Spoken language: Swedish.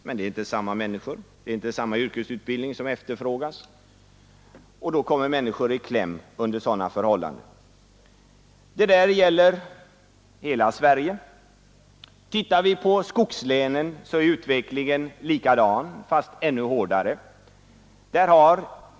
Men det är inte samma människor, inte samma yrkesutbildning som efterfrågas, och under sådana förhållanden kommer människor i kläm. Detta gäller hela Sverige. Ser vi på skogslänen, finner vi att utvecklingen där är likadan fast ännu hårdare.